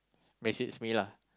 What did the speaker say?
message me lah